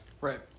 Right